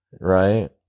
right